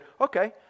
okay